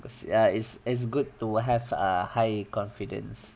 cause uh it's it's good to have err high confidence